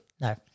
No